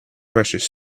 precious